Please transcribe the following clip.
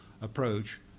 approach